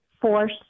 force